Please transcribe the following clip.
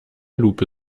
lupe